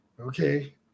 Okay